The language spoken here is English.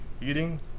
eating